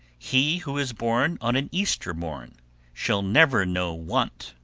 he who is born on an easter morn shall never know want,